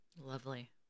Lovely